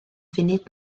funud